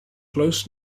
close